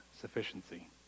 sufficiency